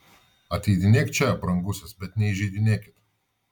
ateidinėk čia brangusis bet neįžeidinėkit